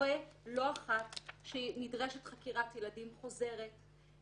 קורה לא אחת שנדרשת חקירת ילדים חוזרת,